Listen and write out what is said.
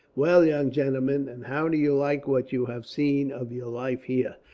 well, young gentlemen, and how do you like what you have seen of your life here?